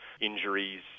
injuries